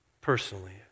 personally